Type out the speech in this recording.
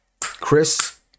chris